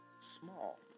small